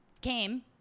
came